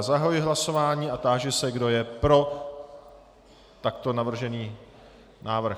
Zahajuji hlasování a táži se, kdo je pro takto navržený návrh.